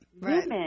Women